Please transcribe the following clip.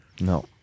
No